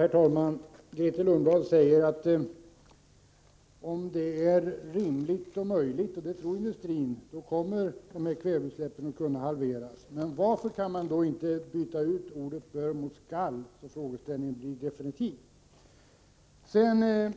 Herr talman! Grethe Lundblad säger, att om det är rimligt och möjligt — och det tror industrin —, kommer kväveutsläppen att kunna halveras. Men varför kan man då inte byta ut ordet ”bör” mot ”skall”, så att frågan får en definitiv lösning?